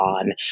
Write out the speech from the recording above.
on